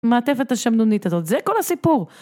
מעטפת השמנונית הזאת, זה כל הסיפור